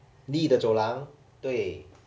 绿的走廊对